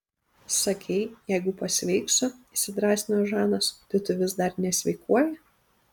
sakei jeigu pasveiksiu įsidrąsino žanas tai tu vis dar nesveikuoji